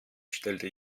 stellte